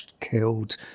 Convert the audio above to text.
killed